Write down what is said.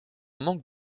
manque